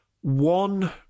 one